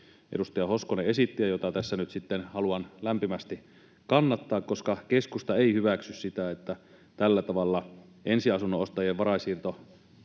edustaja Hoskonen esitti, ja jota tässä nyt sitten haluan lämpimästi kannattaa — koska keskusta ei hyväksy sitä, että tällä tavalla ensiasunnon ostajien varainsiirtoveroa